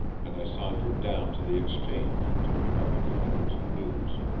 and i sauntered down to the exchange to pick up any items of news.